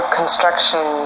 construction